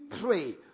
pray